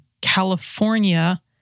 California